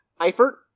Eifert